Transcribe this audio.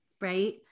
right